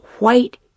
White